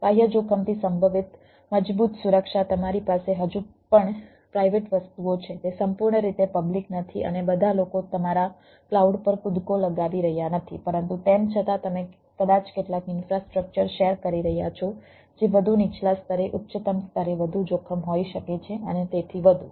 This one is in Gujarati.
બાહ્ય જોખમથી સંભવિત મજબૂત સુરક્ષા તમારી પાસે હજુ પણ પ્રાઇવેટ વસ્તુઓ છે તે સંપૂર્ણ રીતે પબ્લિક નથી અને બધા લોકો તમારા ક્લાઉડ પર કૂદકો લગાવી રહ્યા નથી પરંતુ તેમ છતાં તમે કદાચ કેટલાક ઈન્ફ્રાસ્ટ્રક્ચર શેર કરી રહ્યાં છો જે વધુ નીચલા સ્તરે ઉચ્ચતમ સ્તરે વધુ જોખમ હોઈ શકે છે અને તેથી વધુ